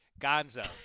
Gonzo